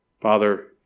Father